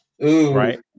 right